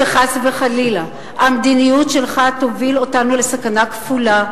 שחס וחלילה המדיניות שלך תוביל אותנו לסכנה כפולה: